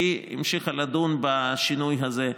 והיא המשיכה לדון בשינוי הזה.